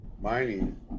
mining